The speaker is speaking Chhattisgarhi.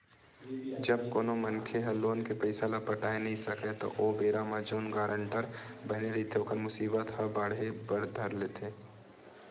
जब कोनो मनखे ह लोन के पइसा ल पटाय नइ सकय त ओ बेरा म जउन गारेंटर बने रहिथे ओखर मुसीबत ह बाड़हे बर धर लेथे